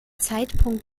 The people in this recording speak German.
zeitpunkt